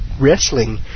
wrestling